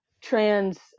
trans